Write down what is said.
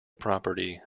property